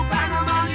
Panama